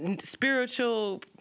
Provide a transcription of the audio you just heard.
spiritual—